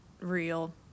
real